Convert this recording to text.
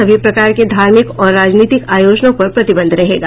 सभी प्रकार के धार्मिक और राजनीतिक आयोजनों पर प्रतिबंध रहेगा